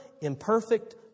imperfect